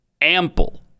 ample